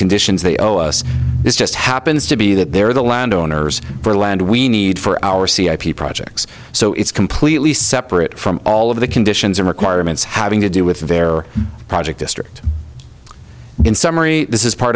conditions they owe us this just happens to be that they're the land owners for the land we need for our c ip projects so it's completely separate from all of the conditions and requirements having to do with their project district in summary this is part